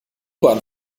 bahn